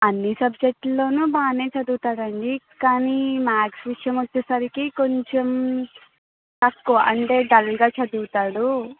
అన్ని సబ్జెక్టుల్లోనూ బాగానే చదువుతాడండి కానీ మ్యాత్స్ విషయం వచ్చేసరికి కొంచెం తక్కువ అంటే డల్గా చదువుతాడు